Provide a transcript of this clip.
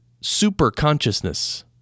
super-consciousness